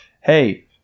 Hey